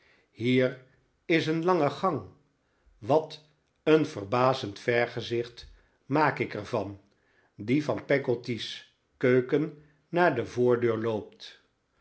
hier is een lange gang wat een verbazend vergezicht maak ik er van die van peggotty's keuken naar de voordeur loopt